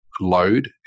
load